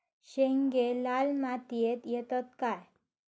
शेंगे लाल मातीयेत येतत काय?